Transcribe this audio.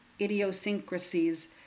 idiosyncrasies